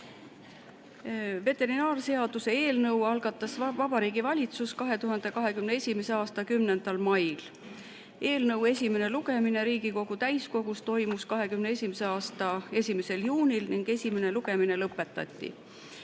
Veterinaarseaduse eelnõu algatas Vabariigi Valitsus 2021. aasta 10. mail. Eelnõu esimene lugemine Riigikogu täiskogus toimus 2021. aasta 1. juunil ning esimene lugemine lõpetati.